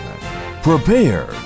Prepare